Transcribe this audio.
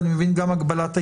ואני מבין שגם הגבלת ההתקהלות,